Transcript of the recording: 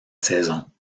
saison